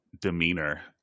demeanor